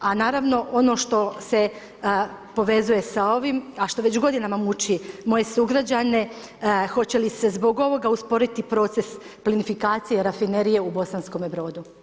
A naravno ono što se povezuje sa ovim, a što već godinama muči moje sugrađane, hoće li se zbog ovoga usporiti proces plinifikacije rafinerije u Bosanskome Brodu?